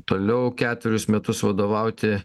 toliau ketverius metus vadovauti